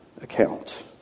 account